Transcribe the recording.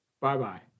Bye-bye